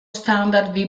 standard